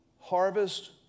harvest